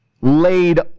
laid